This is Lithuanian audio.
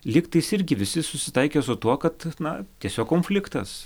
lygtais irgi visi susitaikė su tuo kad na tiesiog konfliktas